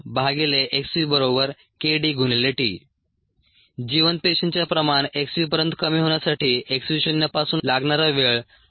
ln dxv kd t जिवंत पेशींच्या प्रमाण x v पर्यंत कमी होण्यासाठी x v शून्यापासून लागणारा वेळ 2